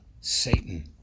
Satan